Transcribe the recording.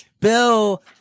Bill